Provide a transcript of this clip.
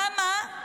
למה?